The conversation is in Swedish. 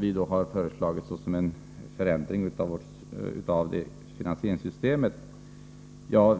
Vi har föreslagit förändringar i finansieringssystemet för räntelån.